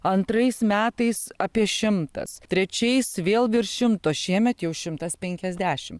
antrais metais apie šimtas trečiais vėl virš šimto šiemet jau šimtas penkiasdešim